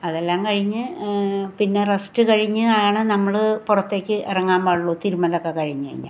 അതെല്ലാം കഴിഞ്ഞു പിന്നെ റെസ്റ്റ് കഴിഞ്ഞ് ആണ് നമ്മള് പുറത്തേക്ക് ഇറങ്ങാൻ പാടുള്ളു തിരുമ്മലൊക്കെ കഴിഞ്ഞ് കഴിഞ്ഞാൽ